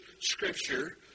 scripture